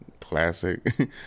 Classic